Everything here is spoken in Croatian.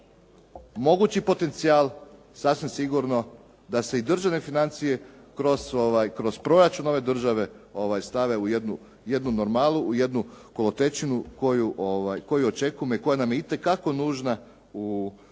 mogući potencijal sasvim sigurno da se i državne financije kroz proračun ove države stave u jednu normalu, u jednu kolotečinu koju očekujemo i koja nam je itekako nužna u